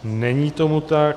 Není tomu tak.